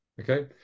okay